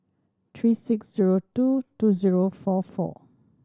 three six zero two two zero four four